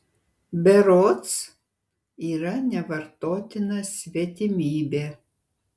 berods yra nevartotina svetimybė